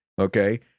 Okay